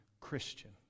Christian